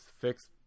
fixed